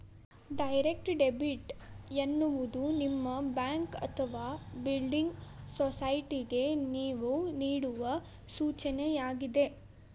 direct debit ಎನ್ನುವುದು ನಿಮ್ಮ bank ಅಥವಾ ಬಿಲ್ಡಿಂಗ್ ಸೊಸೈಟಿಗೆ ನೇವು ನೇಡುವ ಸೂಚನೆಯಾಗಿದೆ